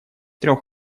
трех